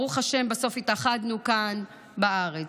ברוך השם בסוף התאחדנו כאן בארץ.